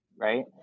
right